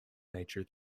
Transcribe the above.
nature